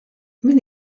min